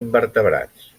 invertebrats